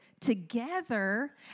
together